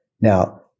Now